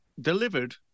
delivered